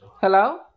Hello